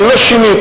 אבל לא שיניתי.